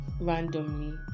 Randomly